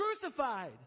crucified